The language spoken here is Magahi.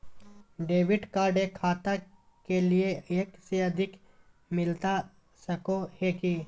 डेबिट कार्ड एक खाता के लिए एक से अधिक मिलता सको है की?